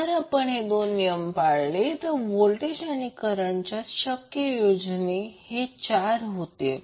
जर आपण हे दोन नियम पाळले तर व्होल्टेज आणि करंटचे शक्य संयोजन हे चार होतील